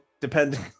depending